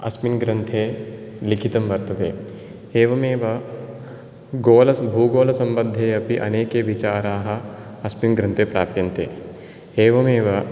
अस्मिन् ग्रन्थे लिखितं वर्तते एवमेव गोलभूगोलसम्बद्धे अपि अनेके विचाराः अस्मिन् ग्रन्थे प्राप्यन्ते एवमेव